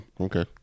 Okay